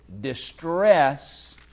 Distress